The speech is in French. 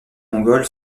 mongol